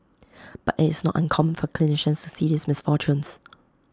but IT is not uncommon for clinicians to see these misfortunes